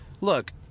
look